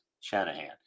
Shanahan